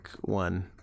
one